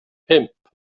pump